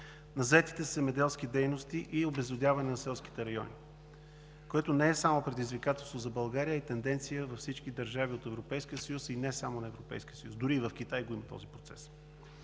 на заетите със земеделски дейности и обезлюдяване на селските райони, което не е само предизвикателство за България, а и тенденция във всички държави от Европейския съюз, и не само на Европейския съюз – дори и в Китай го има този процес.